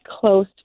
close